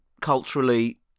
culturally